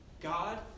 God